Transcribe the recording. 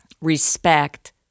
respect